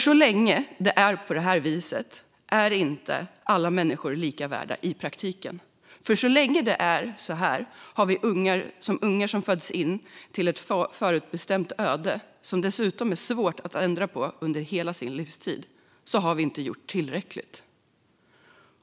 Så länge det är på det här viset är inte alla människor lika mycket värda i praktiken. Så länge vi har ungar som föds in i ett förutbestämt öde som dessutom är svårt att ändra på under hela deras livstid har vi inte gjort tillräckligt.